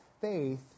Faith